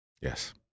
Yes